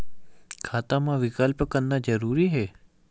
खाता मा विकल्प करना जरूरी है?